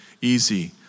easy